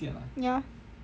ya